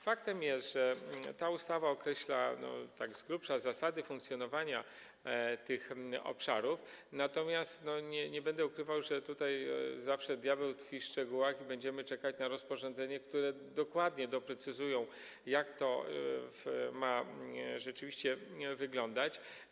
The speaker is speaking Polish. Faktem jest, że ta ustawa określa tak z grubsza zasady funkcjonowania tych obszarów, natomiast nie będę ukrywał, że zawsze diabeł tkwi w szczegółach i będziemy czekać na rozporządzenia, które dokładnie doprecyzują, jak to ma rzeczywiście wyglądać.